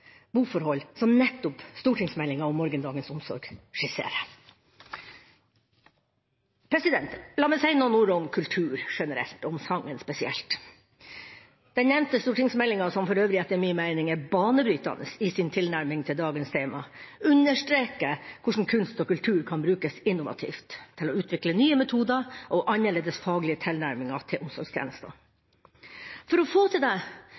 boforhold som nettopp stortingsmeldinga om morgendagens omsorg skisserer? La meg si noen ord om kultur generelt og om sangen spesielt. Den nevnte stortingsmeldinga, som for øvrig etter min mening er banebrytende i sin tilnærming til dagens tema, understreker hvordan kunst og kultur kan brukes innovativt til å utvikle nye metoder og annerledes faglige tilnærminger til omsorgstjenestene. For å få til det